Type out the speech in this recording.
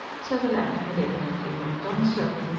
so the latter had evidently not done so.